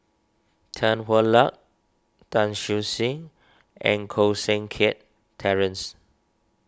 Tan Hwa Luck Tan Siew Sin and Koh Seng Kiat Terence